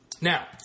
Now